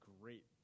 great